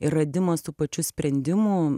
ir radimas tų pačių sprendimų